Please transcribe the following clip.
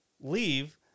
leave